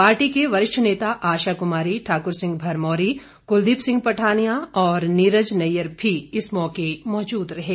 party के वरिष्ठ नेता आशाकुमारी ठाकुर सिंह भरमौरी कुलदीप सिंह पठानिया और नीरज नैयर भी इस मौके मौजूद थे